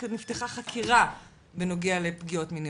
כשרק נפתחה חקירה בנוגע לפגיעות מיניות,